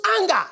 anger